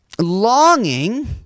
longing